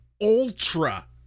ultra